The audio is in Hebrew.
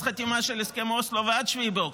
החתימה על הסכמי אוסלו ועד 7 באוקטובר.